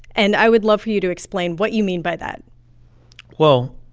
and i would love for you to explain what you mean by that well,